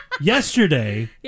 Yesterday